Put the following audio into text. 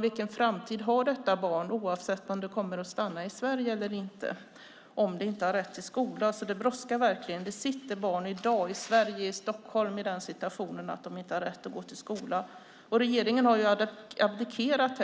Vilken framtid har detta barn, oavsett om det kommer att stanna i Sverige eller inte, om det inte har rätt till skola? Det brådskar verkligen. Det sitter barn i dag i Sverige, i Stockholm, i den situationen att de inte har rätt att gå i skola. Jag tycker att regeringen här har abdikerat